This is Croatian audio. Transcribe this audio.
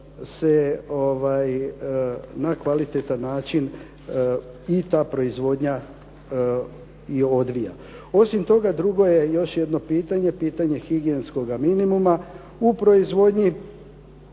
se na kvalitetan način i ta proizvodnja odvija. Osim toga drugo je još jedno pitanje, pitanje higijenskoga minimuma u proizvodnji